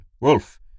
Wolf